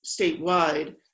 statewide